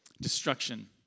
destruction